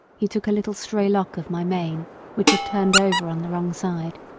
he took a little stray lock of my mane which had turned over on the wrong side,